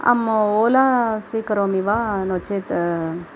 अहम् ओला स्वीकरोमि वा नो चेत्